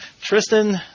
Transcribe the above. Tristan